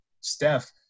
Steph